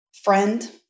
friend